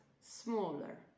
smaller